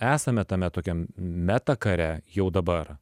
esame tame tokiam meta kare jau dabar